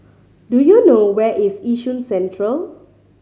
do you know where is Yishun Central